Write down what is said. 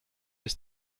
ist